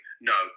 no